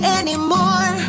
anymore